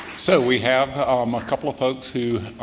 so we have um a couple of folks who,